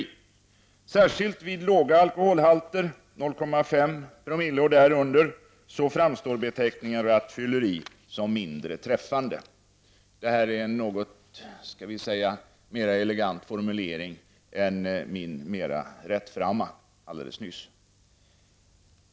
Särskilt vid låga alkoholhalter, 0,5 Zo och därunder, framstår beteck ningen rattfylleri som mindre träffande. — Detta är en något mera elegant formulering än den mera rättframma som jag använde alldeles nyss.